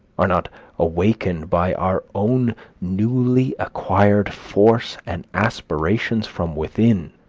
are not awakened by our own newly acquired force and aspirations from within,